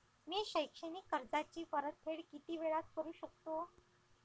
मी शैक्षणिक कर्जाची परतफेड किती वेळात करू शकतो